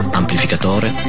amplificatore